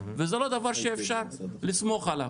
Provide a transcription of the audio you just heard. וזה לא דבר שאפשר לסמוך עליו.